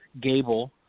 Gable